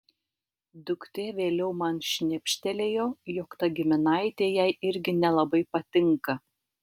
duktė vėliau man šnibžtelėjo jog ta giminaitė jai irgi nelabai patinka